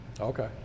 Okay